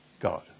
God